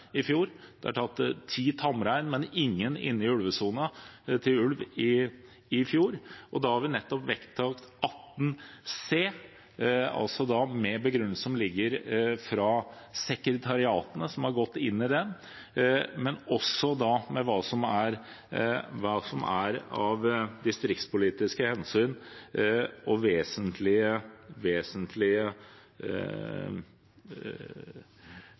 i fjor. Det ble tatt ti tamrein, men ingen inne i ulvesonen til ulv, i fjor. Da har vi nettopp vektlagt § 18 c med begrunnelsen som foreligger fra sekretariatene som har gått inn i dette, men også med hva som er av distriktspolitiske hensyn og andre offentlige interesser av vesentlig betydning, og